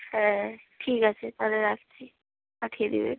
হ্যাঁ ঠিক আছে তাহলে রাখছি পাঠিয়ে দেবেন